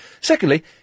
Secondly